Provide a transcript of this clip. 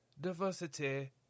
diversity